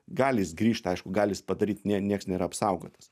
gali jis grįžt aišku gali jis padaryt ne nieks nėra apsaugotas